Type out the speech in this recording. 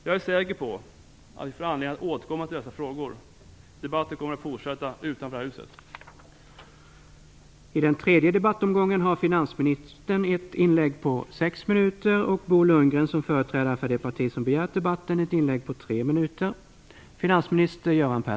Jag är säker på att vi får anledning att återkomma till dessa frågor. Debatten kommer att fortsätta utanför detta hus.